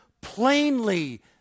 plainly